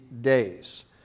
days